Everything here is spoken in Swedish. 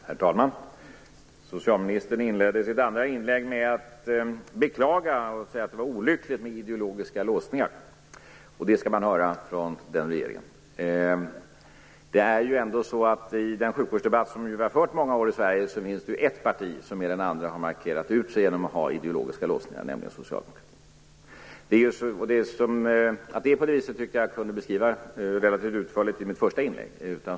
Herr talman! Socialministern inledde sitt andra inlägg med att beklaga och säga att det var olyckligt med ideologiska låsningar. Och det skall man höra från den regeringen! I den sjukvårdsdebatt som vi har fört i många år i Sverige finns det ju ett parti som mer än andra har markerat ut sig genom att ha ideologiska låsningar, nämligen Socialdemokraterna. Att det är så kunde jag beskriva relativt utförligt i mitt första inlägg.